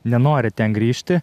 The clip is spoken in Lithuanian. nenori ten grįžti